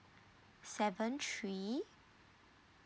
seven three